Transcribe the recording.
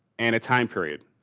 and a time period,